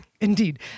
Indeed